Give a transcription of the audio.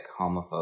homophobic